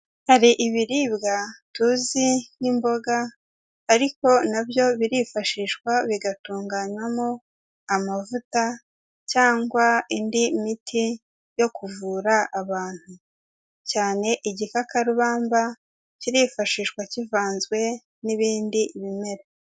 Hari ibiribwa tuzi nk'imboga ariko na byo birifashishwa bigatunganywamo amavuta cyangwa indi miti yo kuvura abantu, cyane igikakarubamba kirifashishwa kivanzwe n'ibindi ibimera.